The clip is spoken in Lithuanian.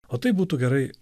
o taip būtų gerai